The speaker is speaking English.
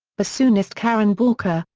bassoonist karen borca,